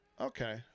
okay